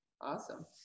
Awesome